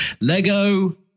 Lego